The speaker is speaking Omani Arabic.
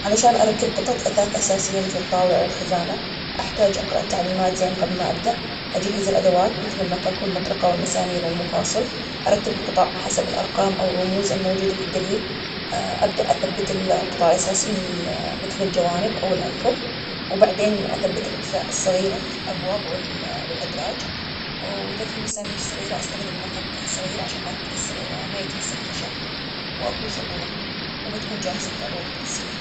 عشان نركب قطعة أثاث بسيطة، نتأكد من المكونات, نشوف إذا كل القطع موجودة. نقرا التعليمات ونتبع الدليل خطوة بخطوة. بعدها نجمع الأجزاء الكبيرة أولًا ثم الصغيرة. وهنا نستخدم المفكات الأدوات المناسبة حتى نثبت القطع مع بعضها. وبعدها نتأكد من توازنها إذا الأثاث ثابت ومتوازن.